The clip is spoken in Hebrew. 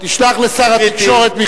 תשלח לשר התקשורת מכתב.